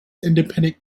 independent